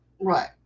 Right